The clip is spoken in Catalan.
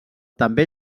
també